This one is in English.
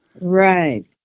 Right